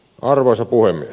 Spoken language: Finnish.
arvoisa puhemies